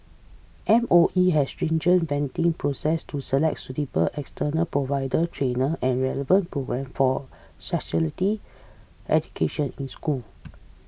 M O E has a stringent vetting process to select suitable external provider trainer and relevant programme for sexuality education in school